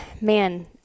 Man